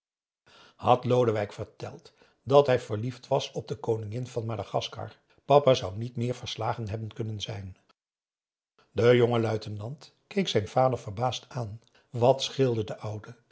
had lodewijk verteld dat hij verliefd was op de koningin van madagascar papa zou niet meer verslagen hebben kunnen zijn de jonge luitenant keek zijn vader verbaasd aan wat scheelde den oude